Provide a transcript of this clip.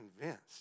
convinced